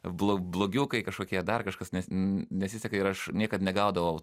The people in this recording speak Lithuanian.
blogiukai kažkokie dar kažkas nesiseka ir aš niekad negaudavau